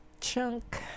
chunk